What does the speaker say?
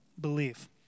believe